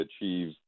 achieve